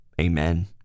Amen